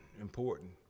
important